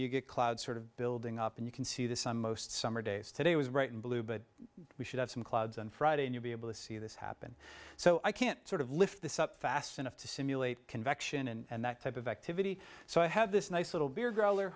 you get clouds sort of building up and you can see this on most summer days today was right in blue but we should have some clouds on friday and you'll be able to see this happen so i can't sort of lift this up fast enough to simulate convection and that type of activity so i have this nice little beer g